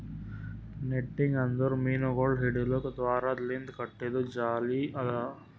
netting ಅಂದುರ್ ಮೀನಗೊಳ್ ಹಿಡಿಲುಕ್ ದಾರದ್ ಲಿಂತ್ ಕಟ್ಟಿದು ಜಾಲಿ ಅದಾ